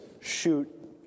shoot